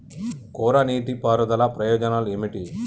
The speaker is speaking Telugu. కోరా నీటి పారుదల ప్రయోజనాలు ఏమిటి?